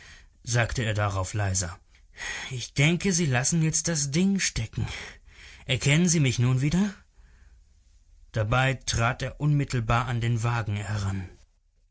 sagte er darauf leiser ich denke sie lassen jetzt das ding stecken erkennen sie mich nun wieder dabei trat er unmittelbar an den wagen heran